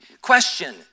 Question